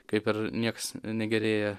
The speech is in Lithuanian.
kaip ir nieks negerėja